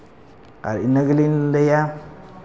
ᱟᱨ ᱤᱱᱟᱹ ᱜᱮᱞᱤᱧ ᱞᱟᱹᱭᱟ